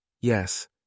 yes